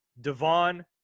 Devon